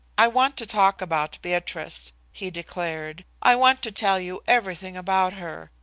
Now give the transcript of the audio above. i want to talk about beatrice, he declared. i want to tell you everything about her.